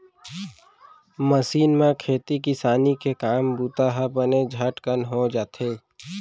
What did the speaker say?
machine म खेती किसानी के काम बूता ह बने झटकन हो जाथे